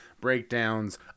breakdowns